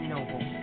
Noble